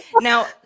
now